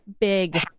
big